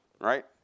right